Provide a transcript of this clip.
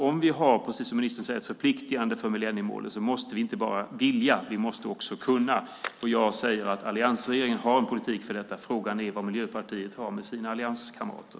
Om vi har, precis som ministern säger, ett förpliktande när det gäller millenniemålen måste vi inte bara vilja, utan vi måste också kunna. Och jag säger att alliansregeringen har en politik för detta. Frågan är vad Miljöpartiet har med sina allianskamrater.